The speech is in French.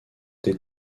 des